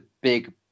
big